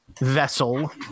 vessel